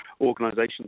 organizations